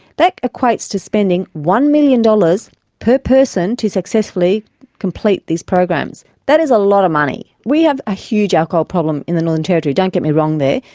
that equates to spending one million dollars per person to successfully complete this program. so that is a lot of money. we have a huge alcohol problem in the northern territory, don't get me wrong there,